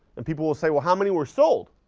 and people will say, well, how many were sold?